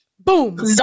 Boom